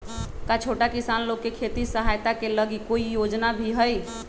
का छोटा किसान लोग के खेती सहायता के लगी कोई योजना भी हई?